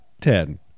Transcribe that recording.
ten